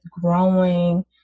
growing